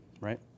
right